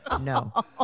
No